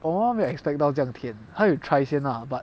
我妈妈没有 expect 到这样甜她还有 try 先 ah but